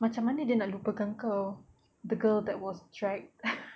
macam mana dia nak lupakan kau the girl that was dragged